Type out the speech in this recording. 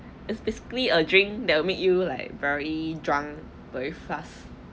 is basically a drink that will make you like very drunk very fast